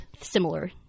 similar